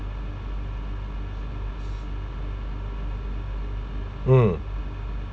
mm